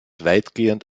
weitgehend